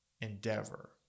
endeavor